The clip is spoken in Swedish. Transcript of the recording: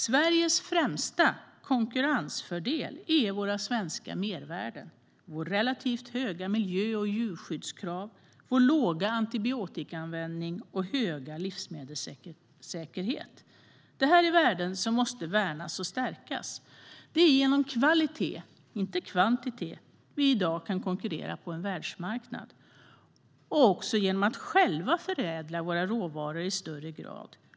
Sveriges främsta konkurrensfördel är våra svenska mervärden: våra relativt höga miljö och djurskyddskrav, vår låga antibiotikaanvändning och vår höga livsmedelssäkerhet. Det här är värden som måste värnas och stärkas. Det är genom kvalitet, inte kvantitet, vi i dag kan konkurrera på en världsmarknad och också genom att själva förädla våra råvaror i större grad.